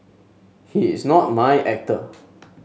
he is not my actor